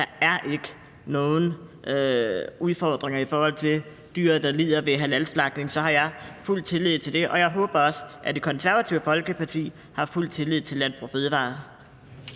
at der ikke er nogen udfordringer i forhold til dyr, der lider ved halalslagtning, har jeg fuld tillid til det. Jeg håber, at Det Konservative Folkeparti også har fuld tillid til Landbrug & Fødevarer.